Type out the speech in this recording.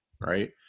right